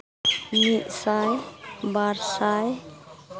ᱢᱤᱫ ᱥᱟᱭ ᱵᱟᱨ ᱥᱟᱭ